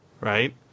Right